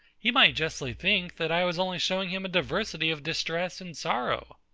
he might justly think, that i was only showing him a diversity of distress and sorrow.